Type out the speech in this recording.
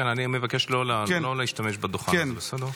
כן, אני מבקש לא להשתמש בדוכן הזה, בסדר?